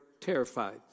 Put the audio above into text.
terrified